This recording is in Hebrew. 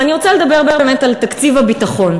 אבל אני רוצה לדבר באמת על תקציב הביטחון.